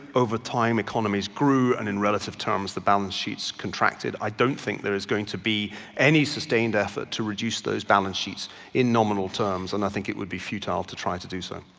over time economy's grew, and in relative terms the balance sheets contracted. i don't think there is going to be any sustained effort to reduce those balance sheets in nominal terms, and i think it would be futile to try to do so.